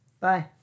Bye